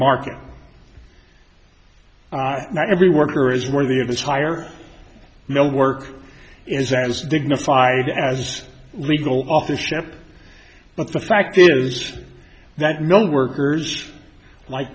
market every worker is worthy of his hire mill work is as dignified as legal office ship but the fact is that no workers like